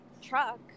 truck